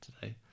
today